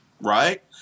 right